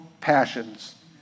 passions